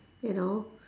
you know